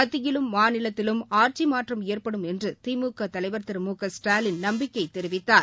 மத்தியிலும் மாநிலத்திலும் ஆட்சி மாற்றம் ஏற்படும் என்று திமுக தலைவா் திரு மு க ஸ்டாலின் நம்பிக்கை தெரிவித்துள்ளார்